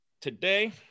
today